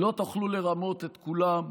לא תוכלו לרמות את כולם,